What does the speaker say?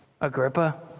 Agrippa